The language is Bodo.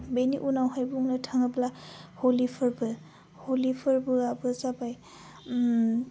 बेनि उनावहाय बुंनो थाङोब्ला हलि फोरबो हलि फोरबोआबो जाबाय उम